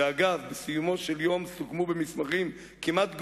שאגב, בסיומו של יום סוכמו במסמכים כמעט גמורים,